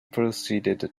proceeded